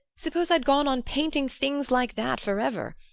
suppose i'd gone on painting things like that forever!